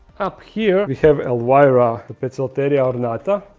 up here. we have elvira the petzl terry or donata